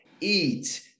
eat